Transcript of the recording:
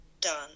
done